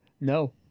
No